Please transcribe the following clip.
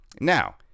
Now